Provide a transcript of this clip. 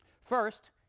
First